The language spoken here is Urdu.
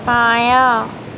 بایاں